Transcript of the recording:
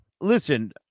listen